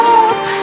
up